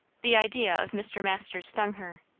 the idea of mr. masters stung her,